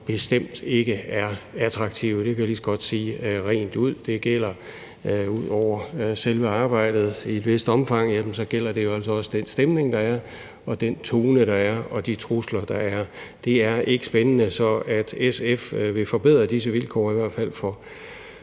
bestemt ikke er attraktive. Det kan jeg lige så godt sige rent ud – ud over selve arbejdet i et vist omfang gælder det også den stemning, der er, den tone, der er, og de trusler, der er. Det er ikke spændende, og det, at SF vil forbedre disse vilkår i hvert fald for